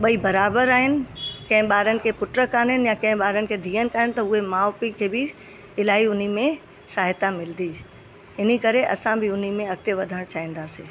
ॿई बराबरि आहिनि कंहिं ॿारनि खे पुटु कोन आहिनि या कंहिं ॿारनि खे धीअनि कोन त उहे माउ पीउ खे बि इलाही उन में सहायता मिलंदी इन करे असां बि उन में अॻिते वधणु चाहींदासीं